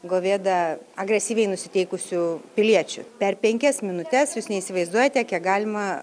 govėda agresyviai nusiteikusių piliečių per penkias minutes jūs neįsivaizduojate kiek galima